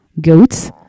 goats